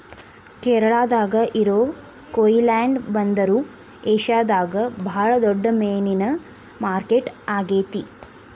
ಕೇರಳಾದಾಗ ಇರೋ ಕೊಯಿಲಾಂಡಿ ಬಂದರು ಏಷ್ಯಾದಾಗ ಬಾಳ ದೊಡ್ಡ ಮೇನಿನ ಮಾರ್ಕೆಟ್ ಆಗೇತಿ